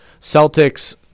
Celtics